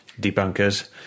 debunkers